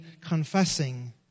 confessing